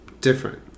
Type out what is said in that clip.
different